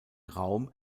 raum